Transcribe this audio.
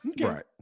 Right